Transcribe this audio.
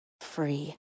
free